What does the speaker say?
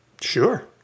sure